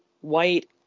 white